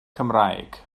cymraeg